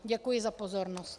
Děkuji za pozornost.